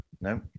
no